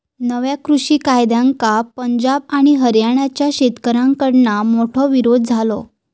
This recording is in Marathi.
नव्या कृषि कायद्यांका पंजाब आणि हरयाणाच्या शेतकऱ्याकडना मोठो विरोध झालो